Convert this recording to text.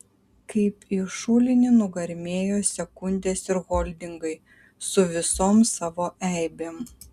kaip į šulinį nugarmėjo sekundės ir holdingai su visom savo eibėm